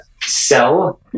sell